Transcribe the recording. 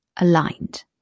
aligned